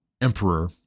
Emperor